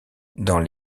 dans